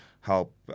help